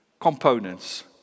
components